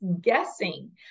guessing